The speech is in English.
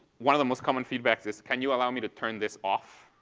one of the most common feedbacks is, can you allow me to turn this off?